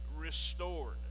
Restored